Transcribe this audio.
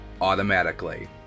automatically